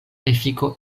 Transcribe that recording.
efiko